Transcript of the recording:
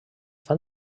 fan